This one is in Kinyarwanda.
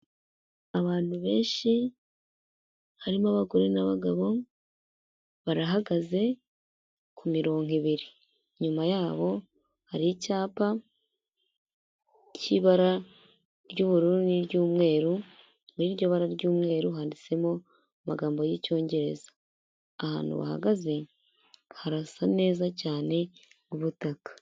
Abantu benshi harimo abagore n'abagabo barahagaze ku mirongo ibiri. Inyuma yabo hari icyapa k'ibara ry'ubururu n'iry'umweru muri iryo bara ry'umweru handitsemo amagambo y'icyongereza. Ahantu bahagaze harasa neza cyane kubutaka.